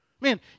Man